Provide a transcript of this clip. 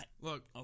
look